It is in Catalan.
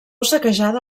saquejada